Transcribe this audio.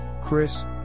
Chris